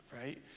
Right